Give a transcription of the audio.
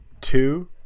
Two